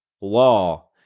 law